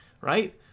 right